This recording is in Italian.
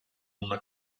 una